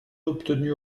obtenu